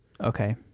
Okay